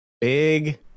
big